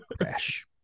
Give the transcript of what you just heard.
Crash